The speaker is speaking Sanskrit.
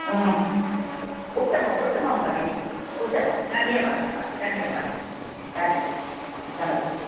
उत्तमम् उत्तमं भगिनि उत्तमं धन्यवादः धन्यवादः धन्यवादः नमस्ते